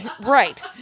Right